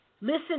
Listen